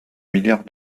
milliard